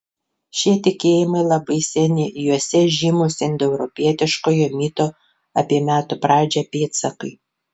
šie tikėjimai labai seni juose žymūs indoeuropietiškojo mito apie metų pradžią pėdsakai